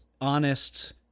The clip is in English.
honest